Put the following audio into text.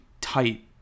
tight